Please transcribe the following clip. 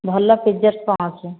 ଭଲ କ'ଣ ଅଛି